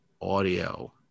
audio